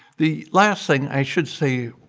the last thing i should say,